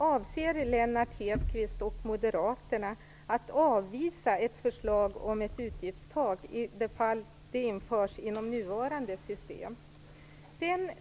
Avser Lennart Hedquist och Moderaterna att avvisa ett förslag om ett utgiftstak i det fall det införs inom nuvarande system?